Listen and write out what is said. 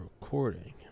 recording